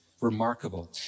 Remarkable